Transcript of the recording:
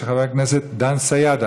מס' 11210,